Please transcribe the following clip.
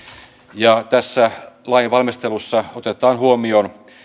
ja tässä lain valmistelussa otetaan huomioon